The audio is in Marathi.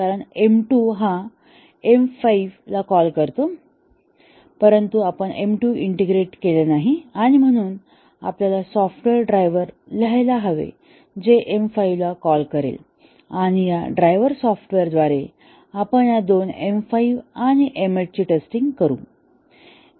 कारण M2 हा M5 ला कॉल करत होता परंतु आपण M2 इंटिग्रेट केले नाही आणि म्हणून आपल्याला सॉफ्टवेअर ड्रायव्हर लिहायला हवे जे M5 ला कॉल करेल आणि या ड्रायव्हर सॉफ्टवेअरद्वारे आपण या दोन M5 आणि M8 ची टेस्टिंग करू